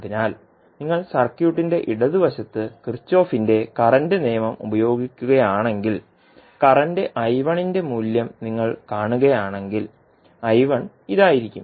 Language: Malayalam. അതിനാൽ നിങ്ങൾ സർക്യൂട്ടിന്റെ ഇടതുവശത്ത് കിർചോഫിന്റെ കറന്റ് നിയമം Kirchhoff's current law ഉപയോഗിക്കുകയാണെങ്കിൽ കറന്റ് ന്റെ മൂല്യം നിങ്ങൾ കാണുകയാണെങ്കിൽ ഇതായിരിക്കും